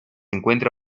encuentra